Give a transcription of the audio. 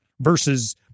Versus